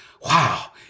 wow